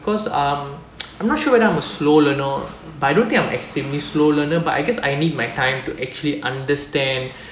cause um I'm not sure whether I'm a slow learner but I don't think I'm extremely slow learner but I guess I need my time to actually understand